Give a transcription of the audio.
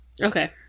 Okay